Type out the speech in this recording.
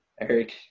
Eric